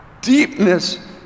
deepness